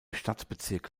stadtbezirk